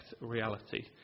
reality